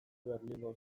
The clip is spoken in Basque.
berlingo